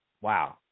wow